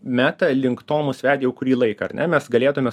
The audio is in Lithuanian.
meta link to mus vedė jau kurį laiką ar ne mes galėtume